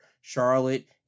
Charlotte